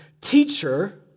Teacher